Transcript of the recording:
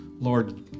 Lord